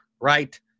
right